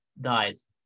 dies